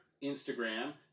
Instagram